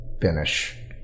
finish